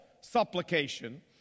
supplication